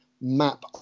map